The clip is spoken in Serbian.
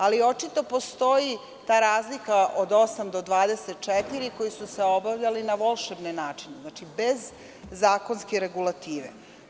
Ali, očito postoji ta razlika od osam do 24, koji su se obavljali na volšebne načine, odnosno bez zakonske regulative.